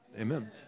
Amen